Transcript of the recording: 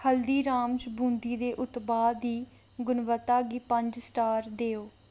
हल्दीराम्ज़ बूंदी दे उत्पाद दी गुणवत्ता गी पंज स्टार देओ